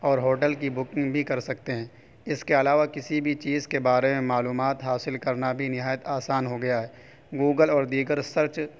اور ہوٹل کی بکنگ بھی کر سکتے ہیں اس کے علاوہ کسی بھی چیز کے بارے میں معلومات حاصل کرنا بھی نہایت آسان ہو گیا ہے گوگل اور دیگر سرچ